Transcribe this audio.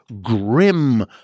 grim